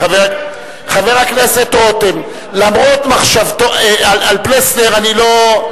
חבר הכנסת רותם, למרות מחשבתו, על פלסנר אני לא,